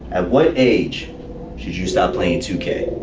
at what age should you start playing two k.